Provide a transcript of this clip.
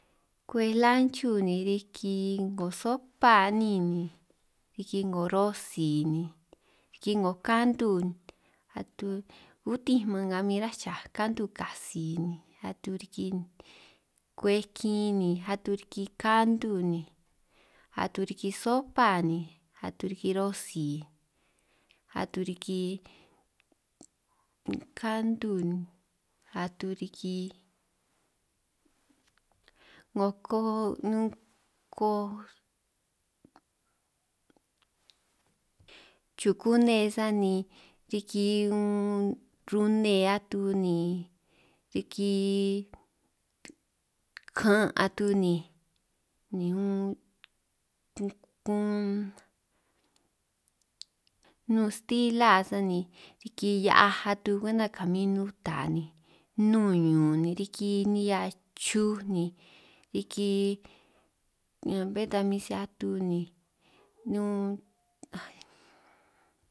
Kwej lanchu ni riki 'ngo sopa a'nin ni, riki 'ngo rosi ni, riki 'ngo kantu, atu utin' man nga min ráj chaj kantu katsi ni, ni atu riki kwej kin ni atu riki kantu ni, atu riki sopa, ni atu riki rosi, atu riki kantu, atu riki 'ngo koj koj chukune sani, riki rune atu ni, riki kan' atu ni, unn nnun stila sani riki hia'aj atu kwenta kamin nuta, nnun ñun ni riki nihia chuj riki ñan bé ta min si atuj ni nun.